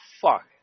fuck